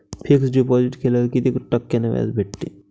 Fix deposit केल्यावर कितीक टक्क्यान व्याज भेटते?